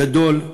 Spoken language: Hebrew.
גדול,